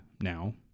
now